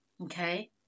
okay